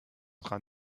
train